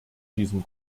diesem